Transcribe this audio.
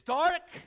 dark